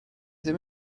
ddim